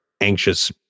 anxious